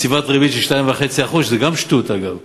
בסביבת ריבית של 2.5% שזה גם שטות, אגב.